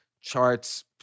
charts